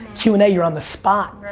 q and a, you're on the spot.